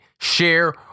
share